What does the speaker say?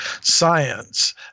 science